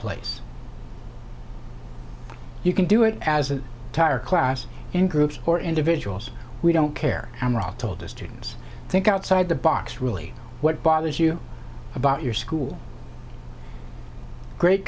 place you can do it as an entire class in groups or individuals we don't care how old told the students think outside the box really what bothers you about your school great